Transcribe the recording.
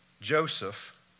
Joseph